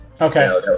Okay